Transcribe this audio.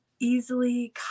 easily